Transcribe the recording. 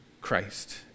Christ